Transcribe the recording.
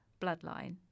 Bloodline